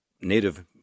native